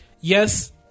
yes